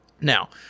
Now